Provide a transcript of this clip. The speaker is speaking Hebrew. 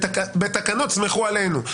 בתקנות תסמכו עלינו.